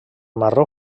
marró